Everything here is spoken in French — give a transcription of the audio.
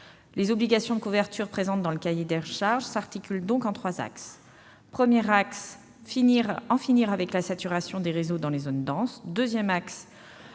Les obligations de couverture présentes dans le cahier des charges s'articulent autour de trois axes. Le premier axe a pour but d'en finir avec la saturation des réseaux dans les zones denses ; le deuxième axe